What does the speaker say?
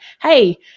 hey